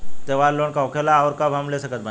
त्योहार लोन का होखेला आउर कब हम ले सकत बानी?